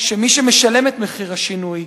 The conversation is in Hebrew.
שמי שמשלם את מחיר השינוי,